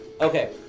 Okay